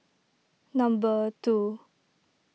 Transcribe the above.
number two